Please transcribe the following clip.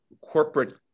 corporate